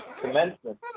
commencement